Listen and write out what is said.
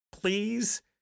please